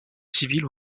civile